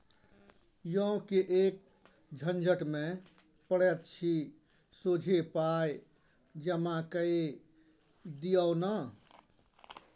यौ किएक झंझट मे पड़ैत छी सोझे पाय जमा कए दियौ न